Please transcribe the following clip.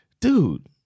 dude